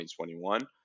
2021